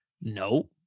No